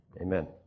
Amen